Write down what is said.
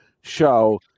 show